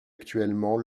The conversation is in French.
actuellement